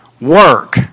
work